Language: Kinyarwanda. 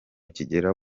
kigera